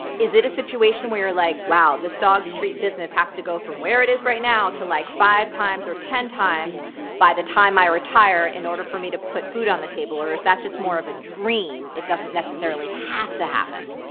is it a situation where you're like, wow, this dog treat business has to go from where it is right now to like five times or ten times by the time i retire in order for me to put food on the table? or is that just more of a dream? it doesn't necessarily have to happen.